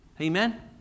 Amen